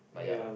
but ya lah